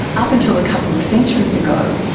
up until a couple of centuries ago,